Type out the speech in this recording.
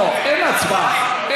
לא מצביעים.